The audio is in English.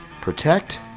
protect